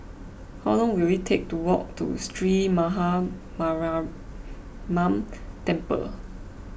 how long will it take to walk to Sree Maha Mariamman Temple